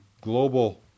global